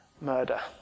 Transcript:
murder